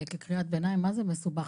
מה זה מסובך?